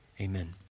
Amen